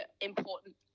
important